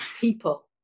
people